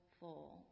full